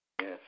Yes